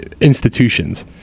institutions